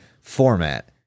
format